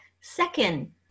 Second